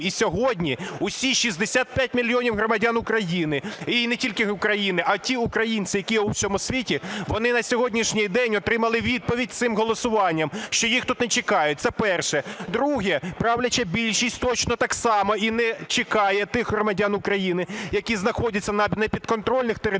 і сьогодні усі 65мільйонів громадян України, і не тільки України, а ті українці, які є у всьому світі, вони на сьогоднішній день отримали відповідь цим голосуванням, що їх тут не чекають. Це перше. Друге. Правляча більшість точно так само і не чекає тих громадян України, які знаходяться на непідконтрольних територіях